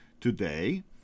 Today